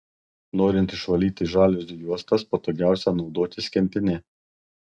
norint išvalyti žaliuzių juostas patogiausia naudotis kempine